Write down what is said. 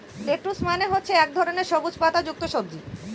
lettuce মানে হচ্ছে এক ধরনের সবুজ পাতা যুক্ত সবজি